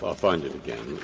ah find it again.